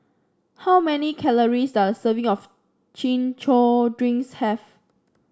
how many calories does a serving of Chin Chow Drinks have